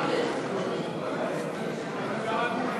הצעת סיעות יהדות התורה, מרצ להביע